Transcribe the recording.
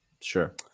Sure